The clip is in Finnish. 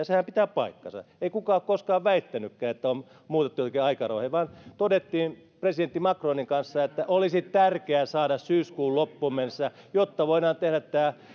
sehän pitää paikkansa ei kukaan ole koskaan väittänytkään että on muutettu joitakin aikarajoja vaan todettiin presidentti macronin kanssa että olisi tärkeää saada britannian esitykset syyskuun loppuun mennessä jotta niistä voidaan tehdä